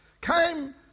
came